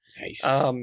Nice